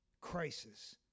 crisis